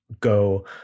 go